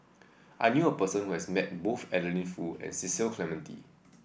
I knew a person who has met both Adeline Foo and Cecil Clementi